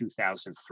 2003